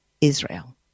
Israel